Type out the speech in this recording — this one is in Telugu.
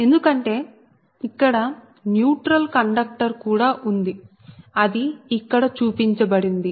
ఎందుకంటే ఇక్కడ న్యూట్రల్ కండక్టర్ కూడా ఉంది అది ఇక్కడ చూపించబడింది